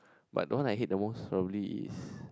but the one I hate the most probably is